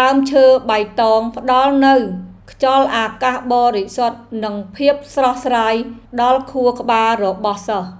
ដើមឈើបៃតងផ្តល់នូវខ្យល់អាកាសបរិសុទ្ធនិងភាពស្រស់ស្រាយដល់ខួរក្បាលរបស់សិស្ស។